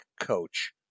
coach